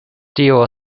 tio